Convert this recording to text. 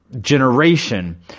generation